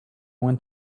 went